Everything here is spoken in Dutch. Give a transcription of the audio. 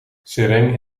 seraing